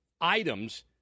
Items